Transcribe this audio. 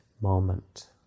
moment